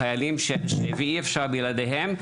הוא החיילים שאי אפשר בלעדיהם.